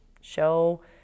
show